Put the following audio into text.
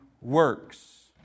works